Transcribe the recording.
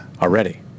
already